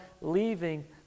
leaving